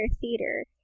theater